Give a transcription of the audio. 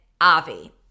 Avi